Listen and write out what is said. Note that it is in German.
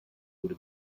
wurde